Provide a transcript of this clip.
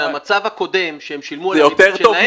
מהמצב הקודם שהם שילמו --- יותר טוב,